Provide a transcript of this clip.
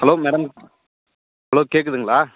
hello madam hello கேக்குதுங்களா